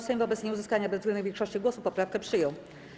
Sejm wobec nieuzyskania bezwzględnej większości głosów poprawkę przyjął.